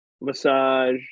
massage